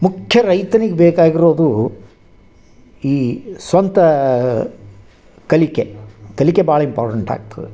ಮುಖ್ಯ ರೈತನಿಗೆ ಬೇಕಾಗಿರೋದು ಈ ಸ್ವಂತ ಕಲಿಕೆ ಕಲಿಕೆ ಭಾಳ ಇಂಪಾರ್ಟೆಂಟ್ ಆಗ್ತದ